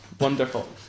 Wonderful